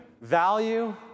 value